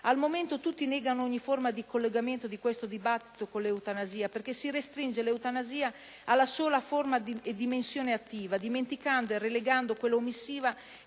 Al momento tutti negano ogni forma di collegamento di questo dibattito con l'eutanasia, perché si restringe l'eutanasia alla sola dimensione attiva, dimenticando e relegando quella omissiva